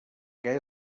que